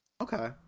Okay